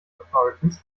authorities